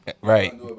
Right